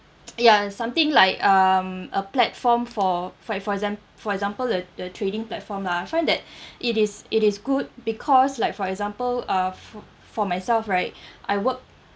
ya something like um a platform for fi~ for exam~ for example the the trading platform lah I find that it is it is good because like for example uh f~ for myself right I work